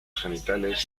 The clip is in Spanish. genitales